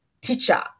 teacher